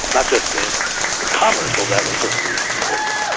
not just in in commerce, although that was certainly important,